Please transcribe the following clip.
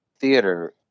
Theater